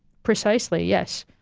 precisely, yes.